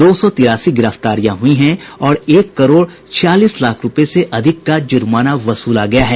दो सौ तिरासी गिरफ्तारियां हुयी हैं और एक करोड़ छियालीस लाख रूपये से अधिक का जुर्माना वसूला गया है